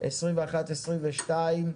2021 ו-2022),